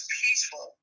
peaceful